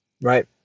right